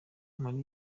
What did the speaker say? muri